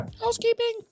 Housekeeping